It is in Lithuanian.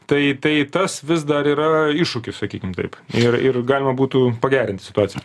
tai tai tas vis dar yra iššūkis sakykim taip ir ir galima būtų pagerinti situaciją